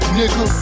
nigga